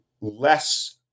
less